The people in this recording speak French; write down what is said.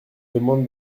demande